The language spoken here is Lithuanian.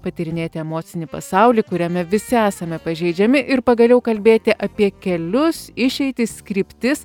patyrinėti emocinį pasaulį kuriame visi esame pažeidžiami ir pagaliau kalbėti apie kelius išeitis kryptis